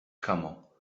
kamo